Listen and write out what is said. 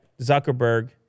Zuckerberg